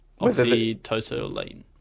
oxytocin